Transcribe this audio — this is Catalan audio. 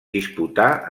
disputà